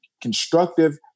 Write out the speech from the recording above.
constructive